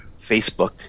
Facebook